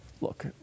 Look